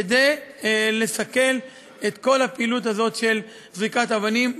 כדי לסכל את כל הפעילות הזאת של זריקת אבנים.